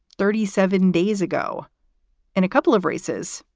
thirty seven days ago in a couple of races.